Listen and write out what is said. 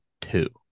two